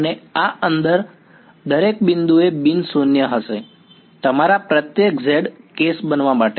અને આ અંદર દરેક બિંદુએ બિન શૂન્ય હશે તમારા પ્રત્યેક z કેસ બનવા માટે